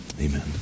Amen